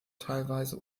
teilweise